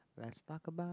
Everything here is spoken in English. let's talk about